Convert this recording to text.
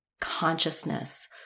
consciousness